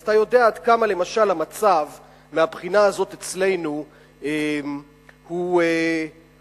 אז אתה יודע עד כמה למשל המצב מהבחינה הזאת אצלנו הוא משתנה.